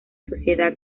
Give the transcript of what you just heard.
sociedad